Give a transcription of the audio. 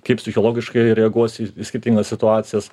kaip psichologiškai reaguos į skirtingas situacijas